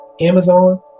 Amazon